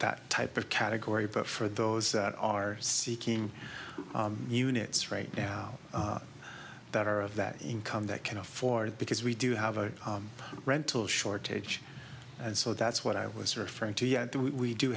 that type of category but for those that are seeking units right now that are of that income that can afford it because we do have a rental shortage and so that's what i was referring to yet we do